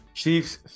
chiefs